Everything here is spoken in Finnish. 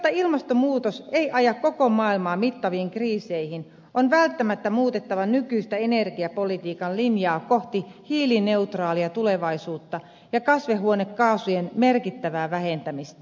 jotta ilmastonmuutos ei aja koko maailmaa mittaviin kriiseihin on välttämättä muutettava nykyistä energiapolitiikan linjaa kohti hiilineutraalia tulevaisuutta ja kasvihuonekaasujen merkittävää vähentämistä